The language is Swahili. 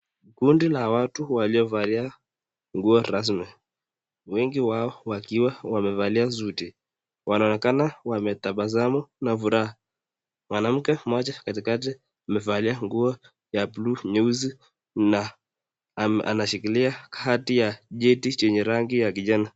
Kundi la watu waliovalia nguo rasmi, wengi wao wakiwa wamevalia suti. Wanaonekana wametabasamu na furaha, mwanamke mmoja katikati amevalia nguo ya buluu nyeusi na anashikilia kadi ya cheti chenye rangi ya kijani.